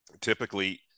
typically